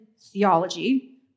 theology